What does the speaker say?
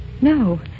No